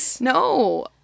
No